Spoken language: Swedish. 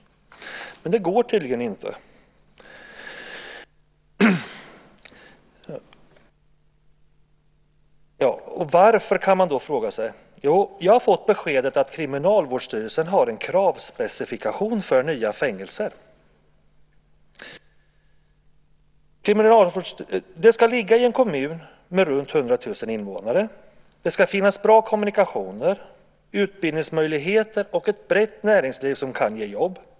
Men det går tydligen inte. Varför, kan man fråga sig. Jag har fått beskedet att Kriminalvårdsstyrelsen har en kravspecifikation för nya fängelser. Det ska ligga i en kommun med runt 100 000 invånare. Det ska finnas bra kommunikationer, utbildningsmöjligheter och ett brett näringsliv som kan ge jobb.